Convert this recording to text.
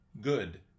good